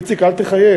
איציק, אל תחייך.